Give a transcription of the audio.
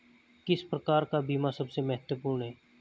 किस प्रकार का बीमा सबसे महत्वपूर्ण है?